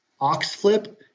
Oxflip